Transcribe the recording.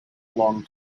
long